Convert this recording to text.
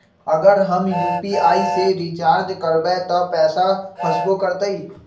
अगर हम यू.पी.आई से रिचार्ज करबै त पैसा फसबो करतई?